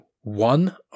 one